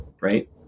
right